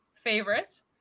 favorite